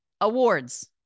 awards